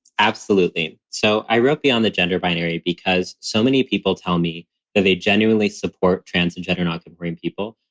absolutely. so i wrote beyond the gender binary because so many people tell me that they genuinely support trans and gender nonconforming people,